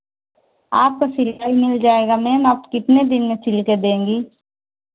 आपको सिलाई मिल जाएगा मैम आप कितने दिन में सिल कर देंगी